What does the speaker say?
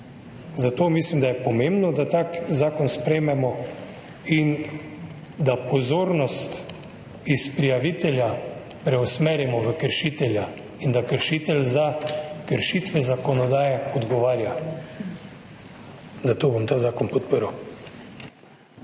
Zato mislim, da je pomembno, da tak zakon sprejmemo in da pozornost iz prijavitelja preusmerimo v kršitelja in da kršitelj za kršitve zakonodaje odgovarja. Zato bom ta zakon podprl.